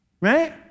Right